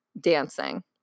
dancing